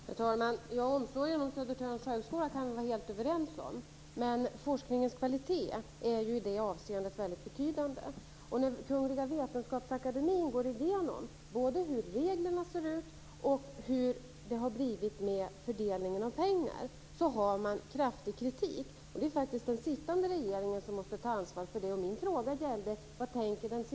Herr talman! Omsorgen om Södertörns högskola kan vi vara helt överens om, men forskningens kvalitet är ju i det avseendet väldigt betydande. När Kungliga vetenskapsakademin gått igenom hur reglerna ser ut och hur det har blivit med fördelningen av pengar har man kraftig kritik. Det är den sittande regeringen som måste ta ansvar för det.